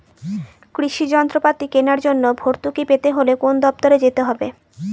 কৃষি যন্ত্রপাতি কেনার জন্য ভর্তুকি পেতে হলে কোন দপ্তরে যেতে হবে?